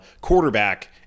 quarterback